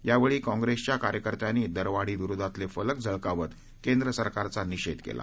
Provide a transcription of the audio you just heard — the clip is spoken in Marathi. यावळी काँग्रस्तिया कार्यकर्त्यांनी दरवाढीविरोधातलकलक झळकावत केंद्र सरकारचा निषधीकला